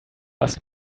ask